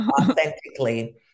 authentically